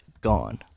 gone